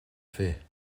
fer